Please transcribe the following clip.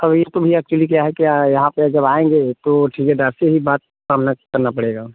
अभी तो भईया एक्चुअली क्या है क्या है यहाँ पे जब आएँगे तो ठेकेदार से ही बात करना करना पड़ेगा